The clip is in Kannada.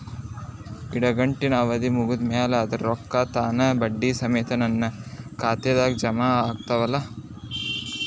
ಇಡಗಂಟಿನ್ ಅವಧಿ ಮುಗದ್ ಮ್ಯಾಲೆ ಅದರ ರೊಕ್ಕಾ ತಾನ ಬಡ್ಡಿ ಸಮೇತ ನನ್ನ ಖಾತೆದಾಗ್ ಜಮಾ ಆಗ್ತಾವ್ ಅಲಾ?